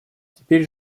теперь